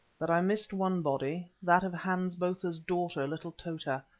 but i missed one body, that of hans botha's daughter, little tota.